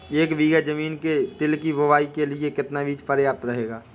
एक बीघा ज़मीन में तिल की बुआई के लिए कितना बीज प्रयाप्त रहेगा?